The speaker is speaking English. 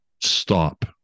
stop